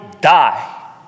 die